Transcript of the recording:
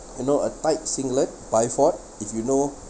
you know a tight singlet byford if you know